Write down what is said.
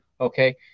okay